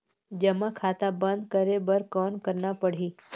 जमा खाता बंद करे बर कौन करना पड़ही?